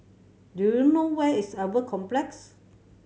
do you know where is Albert Complex